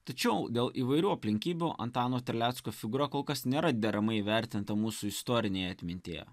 tačiau dėl įvairių aplinkybių antano terlecko figūra kol kas nėra deramai įvertinta mūsų istorinėje atmintyje